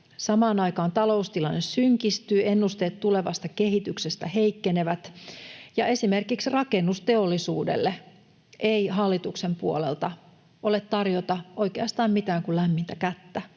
Samaan aikaan taloustilanne synkistyy, ennusteet tulevasta kehityksestä heikkenevät ja esimerkiksi rakennusteollisuudelle ei hallituksen puolelta ole tarjota oikeastaan mitään muuta kuin lämmintä kättä.